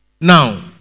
Now